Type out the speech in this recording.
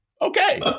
Okay